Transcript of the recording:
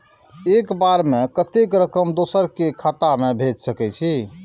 एक बार में कतेक रकम दोसर के खाता में भेज सकेछी?